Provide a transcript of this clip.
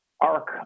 arc